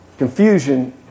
Confusion